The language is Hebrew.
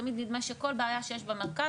תמיד נדמה שכל בעיה שיש במרכז,